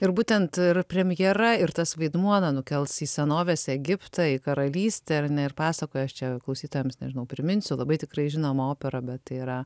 ir būtent ir premjera ir tas vaidmuo na nukels į senovės egiptą į karalystę ar ne ir pasakoja aš čia klausytojams nežinau priminsiu labai tikrai žinoma opera bet tai yra